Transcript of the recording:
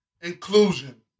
inclusion